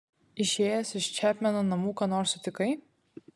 išėjęs iš čepmeno namų ką nors sutikai